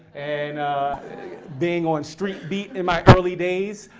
and being on street b in my early days,